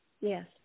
Yes